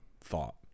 thought